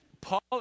Paul